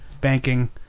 banking